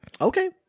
Okay